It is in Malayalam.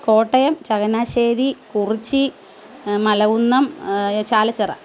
കോട്ടയം ചങ്ങനാശ്ശേരി കുറിച്ചി മലകുന്നം ചാലച്ചിറ